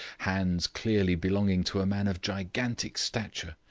hands clearly belonging to a man of gigantic stature,